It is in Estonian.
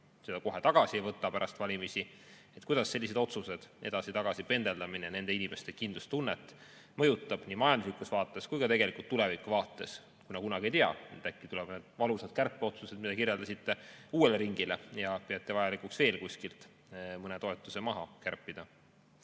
seda kohe tagasi ei võta pärast valimisi? Kuidas sellised otsused, edasi-tagasi pendeldamine nende inimeste kindlustunnet mõjutab nii majanduslikus vaates kui ka tegelikult tulevikuvaates? Kunagi ei tea, äkki tulevad need valusad kärpeotsused, mida te kirjeldasite, uuele ringile ja ehk peate vajalikuks veel kuskilt mõne toetuse maha kärpida.